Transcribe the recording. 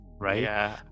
right